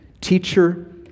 teacher